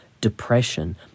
depression